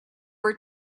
were